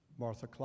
Martha